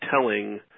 telling